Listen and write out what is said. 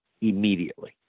immediately